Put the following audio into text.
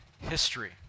history